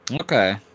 Okay